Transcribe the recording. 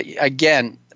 again